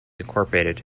incorporated